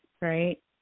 right